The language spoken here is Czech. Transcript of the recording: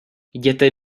jděte